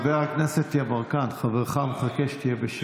חבר הכנסת יברקן, חברך מחכה שתהיה בשקט.